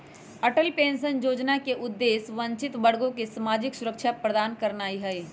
Atal pension Yojana के उद्देश्य वंचित वर्गों के सामाजिक सुरक्षा प्रदान करनाइ हइ